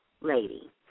lady